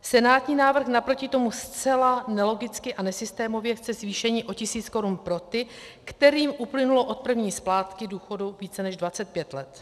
Senátní návrh naproti tomu zcela nelogicky a nesystémově chce zvýšení o tisíc korun pro ty, kterým uplynulo od první splátky důchodu více než 25 let.